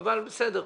אבל בסדר.